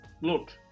look